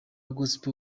gospel